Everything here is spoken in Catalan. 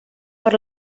per